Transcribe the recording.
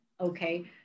okay